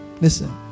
Listen